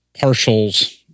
partials